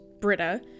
britta